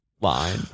line